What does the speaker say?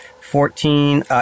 Fourteen